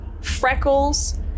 freckles